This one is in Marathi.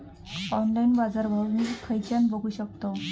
ऑनलाइन बाजारभाव मी खेच्यान बघू शकतय?